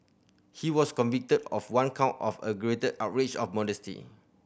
he was convicted of one count of outrage of modesty